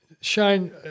Shane